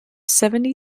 seventy